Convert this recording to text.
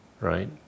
right